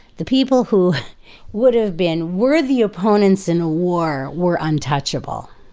the people who would have been worthy opponents in a war were untouchable.